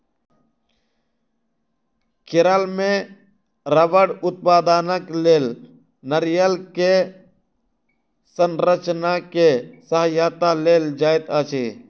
केरल मे रबड़ उत्पादनक लेल नारियल के संरचना के सहायता लेल जाइत अछि